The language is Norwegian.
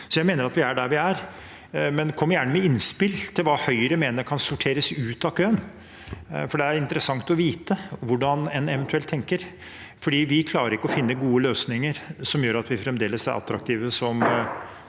Så jeg mener at vi er der vi er, men Høyre må gjerne komme med innspill til hva de mener kan sorteres ut av køen. Det er interessant å vite hvordan en eventuelt tenker, for vi klarer ikke å finne gode løsninger som gjør at vi fremdeles er attraktive som